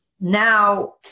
now